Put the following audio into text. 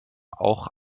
auch